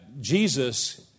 Jesus